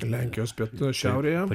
lenkijos pietų šiaurėje